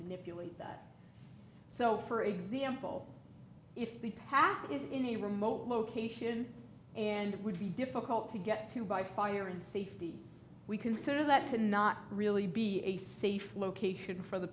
manipulate that so for example if the path is in a remote location and would be difficult to get to by fire and safety we consider that to not really be a safe location for the